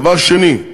דבר שני,